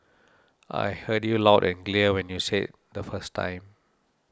I heard you loud and clear when you said the first time